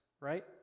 right